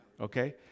Okay